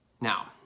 Now